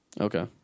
Okay